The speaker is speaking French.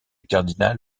cardinal